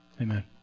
Amen